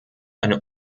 eine